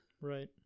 Right